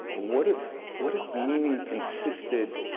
what if what if meaning consisted